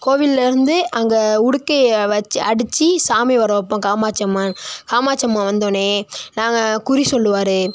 கோவில்லர்ந்து அங்கே உடுக்கையை வச்சு அடிச்சு சாமி வர வைப்போம் காமாட்சி அம்மன் காமாட்சி அம்மன் வந்தோனே நாங்கள் குறி சொல்லுவார்